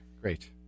great